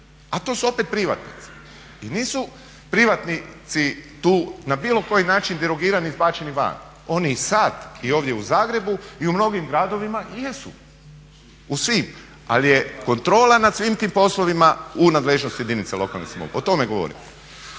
a to su opet privatnici. I nisu privatnici tu na bilo koji način derogirani, izbačeni van, oni i sad i ovdje u Zagrebu i u mnogim gradovima jesu, u svim. Ali je kontrola nad svim tim poslovima u nadležnosti jedinice lokalne samouprave, o tome govorim.